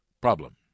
problem